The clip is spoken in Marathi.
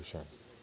तुषार